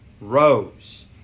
rose